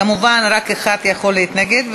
כמובן רק אחד יכול להתנגד,